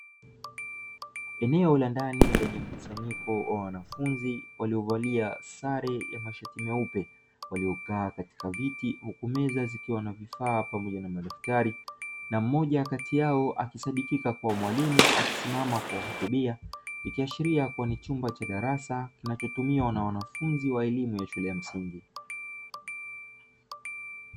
Eneo la ndani lenye mkusanyiko wa wanafunzi waliovalia sare ya mashati meupe, waliokaa katika viti huku meza zikiwa na vifaa pamoja na madaftari na mmoja kati yao akisadikika kuwa mwalimu akisimama kuwahutubia, ikiashiria kuwa ni chumba cha darasa kinachotumiwa na wanafunzi wa elimu ya shule ya msingi.